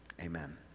amen